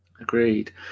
Agreed